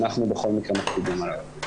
אנחנו בכל מקרה מקפידים עליו.